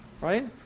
Right